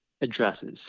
addresses